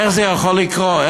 איך זה יכול לקרות?